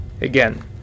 again